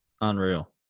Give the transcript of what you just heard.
unreal